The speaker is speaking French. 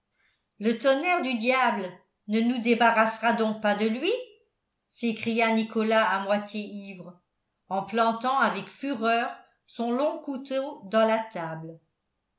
le tonnerre du diable ne nous débarrassera donc pas de lui s'écria nicolas à moitié ivre en plantant avec fureur son long couteau dans la table